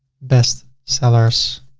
best sellers,